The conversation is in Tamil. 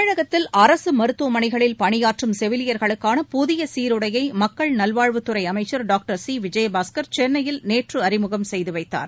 தமிழகத்தில் அரசு மருத்துவமனைகளில் பணியாற்றும் செவிலியர்களுக்கான புதிய சீருடையை மக்கள் நல்வாழ்வுத்துறை அமைச்சர் டாக்டர் சி விஜயபாஸ்கர் சென்னையில் நேறறு அறிமுகம் செய்து வைத்தார்